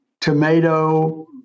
tomato